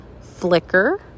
flicker